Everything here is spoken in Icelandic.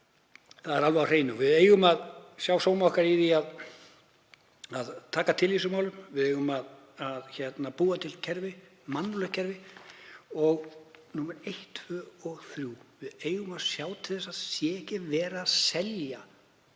Það er alveg á hreinu. Við eigum að sjá sóma okkar í því að taka til í þessum málum. Við eigum að búa til kerfi, mannúðlegt kerfi og númer eitt, tvö og þrjú eigum við að sjá til að ekki sé verið að selja